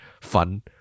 fun